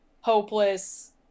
hopeless